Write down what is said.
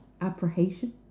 apprehension